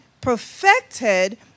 perfected